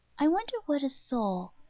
i wonder what a soul.